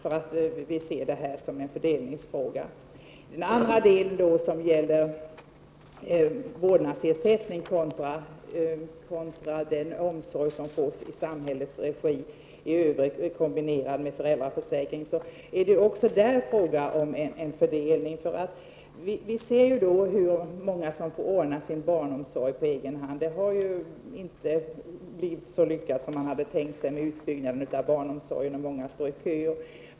Vi ser nämligen detta som en fördelningsfråga. Även beträffande vårdnadsersättningen kontra den omsorg som fås i samhällets regi i övrigt kombinerad med föräldraförsäkringen är det fråga om en fördelning. Vi ser hur många familjer får ordna sin barnomsorg på egen hand. Utbyggnaden av barnomsorgen har inte blivit så lyckad som man hade tänkt sig, och många står i kö.